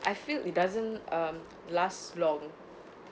I feel it doesn't um last long